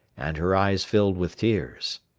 and her eyes filled with tears.